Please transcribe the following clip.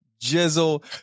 Jizzle